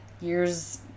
years